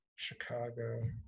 Chicago